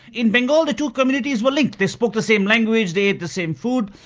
in bengal the two communities were linked, they spoke the same language they ate the same food,